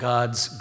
God's